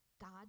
God